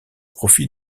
profit